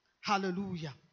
Hallelujah